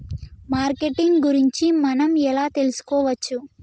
Marketing గురించి మనం ఎలా తెలుసుకోవచ్చు?